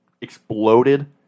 exploded